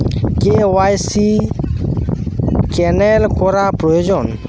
KYC cancel করা প্রয়োজন?